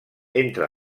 entre